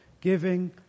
giving